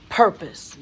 purpose